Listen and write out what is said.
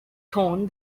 tone